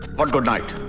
what good night?